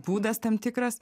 būdas tam tikras